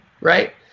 right